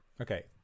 Okay